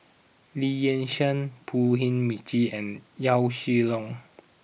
Lee Yi Shyan Pu Heng McNeice and Yaw Shin Leong